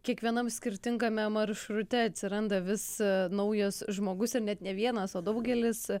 kiekvienam skirtingame maršrute atsiranda vis naujas žmogus ir net ne vienas o daugelis